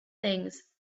things